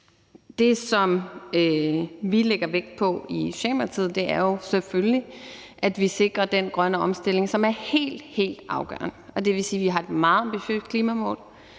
Det, som vi lægger vægt på i Socialdemokratiet, er jo selvfølgelig, at vi sikrer den grønne omstilling, som er helt, helt afgørende. Det vil sige, at vi har et meget ambitiøst klimamål,